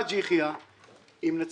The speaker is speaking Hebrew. אנחנו כבר אחרי.